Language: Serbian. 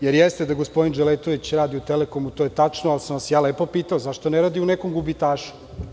Jer, jeste da gospodine Dželetović radi u „Telekomu“ to je tačno, ali sam vas lepo pitao – zašto ne radi u nekom gubitašu.